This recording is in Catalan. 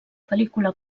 pel·lícula